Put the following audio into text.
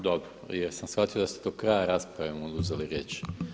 Dobro jer sam shvatio da ste do kraja rasprave mu oduzeli riječ.